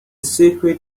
secret